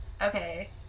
Okay